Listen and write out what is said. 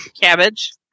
Cabbage